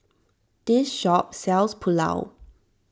this shop sells Pulao